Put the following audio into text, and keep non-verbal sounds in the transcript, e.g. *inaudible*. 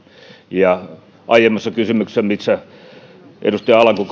ja aiemmassa edustaja alanko *unintelligible*